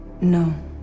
No